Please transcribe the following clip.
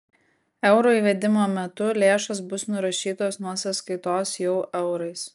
euro įvedimo metu lėšos bus nurašytos nuo sąskaitos jau eurais